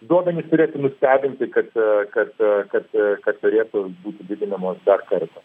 duomenys turėtų nustebinti kad kad kad kad turėtų būti didinamos dar kartą